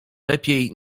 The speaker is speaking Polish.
lepiej